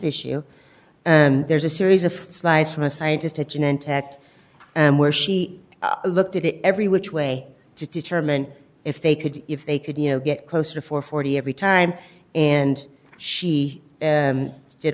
issue and there's a series of slides from a scientist at an intact and where she looked at it every which way to determine if they could if they could you know get closer for forty every time and she